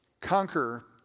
conquer